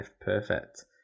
perfect